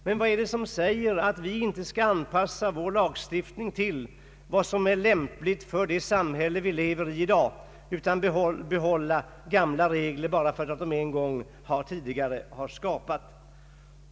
Men vad är det som säger att vi inte skall anpassa vår lagstiftning till vad som är lämpligt för det samhälle vari vi i dag lever utan behålla gamla regler bara för att de en gång tidigare har skapats.